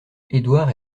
édouard